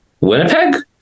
Winnipeg